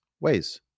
ways